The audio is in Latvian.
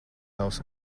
tavs